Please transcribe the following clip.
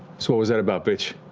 so what was that about, bitch?